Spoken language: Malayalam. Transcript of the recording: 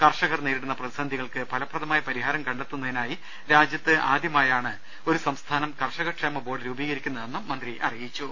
കർഷകർ നേരിടുന്ന പ്രതിസന്ധികൾക്ക് ഫല പ്രദമായ പരിഹാരം കണ്ടെത്തുന്നതിനായി രാജ്യത്ത് ആദ്യമായാണ് ഒരു സംസ്ഥാനം കർഷക ക്ഷേമ ബോർഡ് രൂപീകരിക്കുന്നതെന്നും മന്ത്രി അറി യിച്ചു